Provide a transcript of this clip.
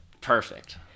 perfect